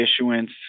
issuance